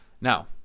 now